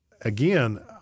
again